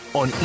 on